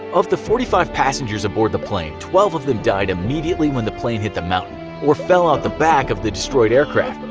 of the forty five passengers aboard the plane, twelve of them died immediately when the plane hit the mountain or fell out of the back of the destroyed aircraft.